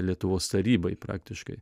lietuvos tarybai praktiškai